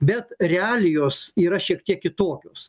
bet realijos yra šiek tiek kitokios